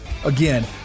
Again